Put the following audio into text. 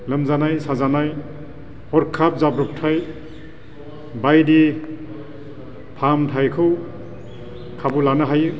लोमजानाय साजानाय हरखाब जाब्रबथाय बायदि फाहामथायखौ खाबु लानो हायो